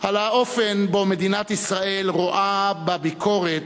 על האופן שבו מדינת ישראל רואה בביקורת,